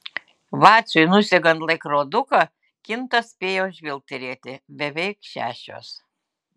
vaciui nusegant laikroduką kintas spėjo žvilgterėti beveik šešios